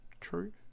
true